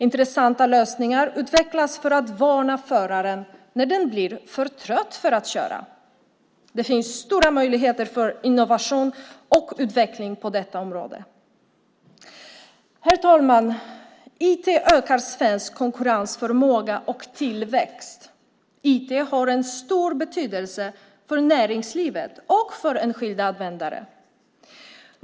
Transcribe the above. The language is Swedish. Intressanta lösningar utvecklas för att varna föraren när den blir för trött för att köra. Det finns stora möjligheter för innovation och utveckling på detta område. Herr talman! IT ökar svensk konkurrensförmåga och tillväxt. IT har en stor betydelse för näringslivet och för enskilda användare.